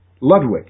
Ludwig